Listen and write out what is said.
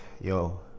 yo